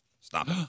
Stop